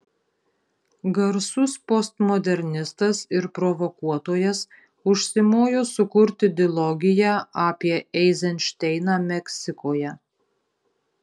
garsus postmodernistas ir provokuotojas užsimojo sukurti dilogiją apie eizenšteiną meksikoje